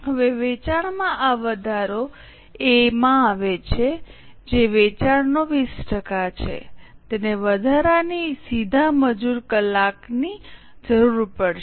હવે વેચાણમાં આ વધારો એ માં આવે છે જે વેચાણનો 20 ટકા છે તેને વધારાના સીધા મજૂર કલાકની જરૂર પડશે